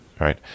right